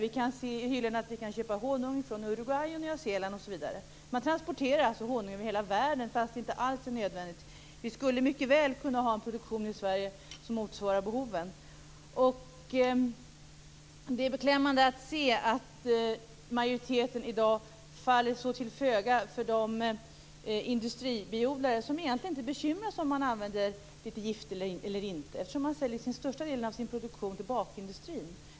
I butikerna kan vi köpa honung från Uruguay, Nya Zeeland, osv. Man transporterar alltså honung över hela världen, trots att det inte alls är nödvändigt. Vi skulle mycket väl kunna ha en produktion i Sverige som motsvarar behoven. Det är beklämmande att se att majoriteten i dag faller så till föga för de industribiodlare som egentligen inte bekymrar sig för om de använder litet gift eller inte, eftersom de säljer största delen av sin produktion till bageriindustrin.